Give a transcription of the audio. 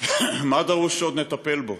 מה דרוש עוד שנטפל בו.